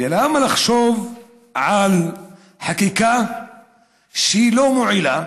ולמה לחשוב על חקיקה שלא מועילה